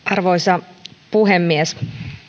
arvoisa puhemies